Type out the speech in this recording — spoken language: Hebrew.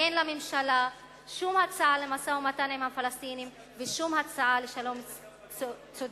אין לממשלה שום הצעה למשא-ומתן עם הפלסטינים ושום הצעה לשלום צודק,